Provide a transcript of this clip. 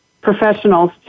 professionals